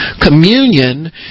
communion